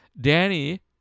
Danny